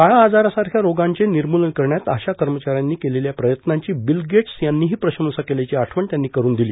काळा आजारासारख्या रोगांचे निर्मूलन करण्यात आशा कर्मचाऱ्यांनी केलेल्या प्रयत्नांची बील गेट्स यांनीही प्रशंसा केल्याची आठवण त्यांनी कठुन दिली